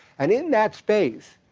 and in that space,